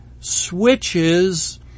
switches